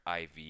IV